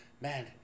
man